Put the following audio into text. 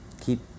keep